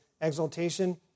exaltation